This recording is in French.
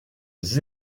des